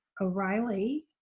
O'Reilly